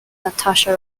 natasha